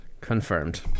confirmed